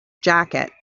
jacket